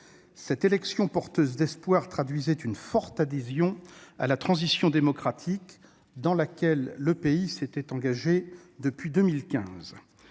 Cette élection porteuse d'espoir traduisait une forte adhésion à la transition démocratique dans laquelle le pays s'est engagé depuis 2015.